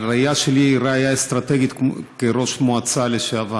הראייה שלי היא ראייה אסטרטגית, כראש מועצה לשעבר.